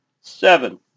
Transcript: seven